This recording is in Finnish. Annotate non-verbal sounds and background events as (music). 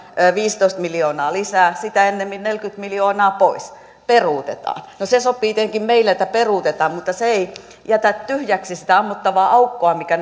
viisitoista miljoonaa lisää sitä ennen neljäkymmentä miljoonaa pois peruutetaan no se sopii tietenkin meille että peruutetaan mutta se ei tee tyhjäksi sitä ammottavaa aukkoa mikä (unintelligible)